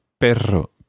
Perro